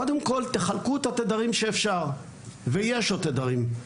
קודם כל תחלקו את התדרים שאפשר ויש עוד תדרים,